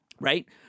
right